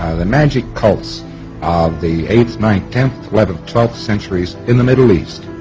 ah the magic cults of the eighth, ninth, tenth, eleventh, twelfth centuries in the middle east